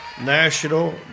National